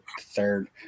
third